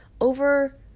Over